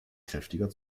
kräftiger